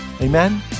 Amen